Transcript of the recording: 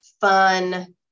fun